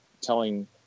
telling